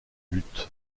luth